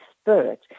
Spirit